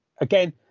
again